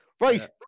Right